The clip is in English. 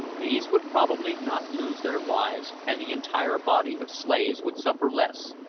these would probably not lose their lives, and the entire body of slaves would suffer less,